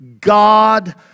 God